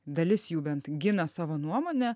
dalis jų bent gina savo nuomonę